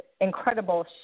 incredible